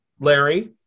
Larry